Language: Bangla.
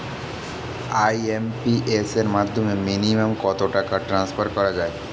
আই.এম.পি.এস এর মাধ্যমে মিনিমাম কত টাকা ট্রান্সফার করা যায়?